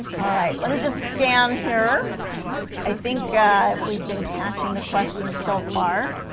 all right let me just scam here i think we've been catching the questions so far